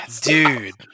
Dude